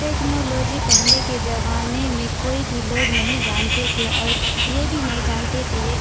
technology پہلے کے زبانے میں کوئی بھی لوگ نہیں جانتے تھے اور یہ بھی نہیں جانتے تھے یہ